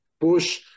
push